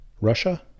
Russia